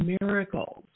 miracles